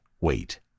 wait